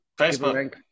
Facebook